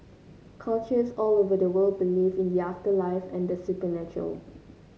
cultures all over the world believe in the afterlife and supernatural